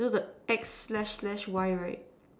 you know the X slash slash Y right